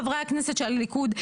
חברי הכנסת של הליכוד,